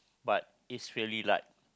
but it's really like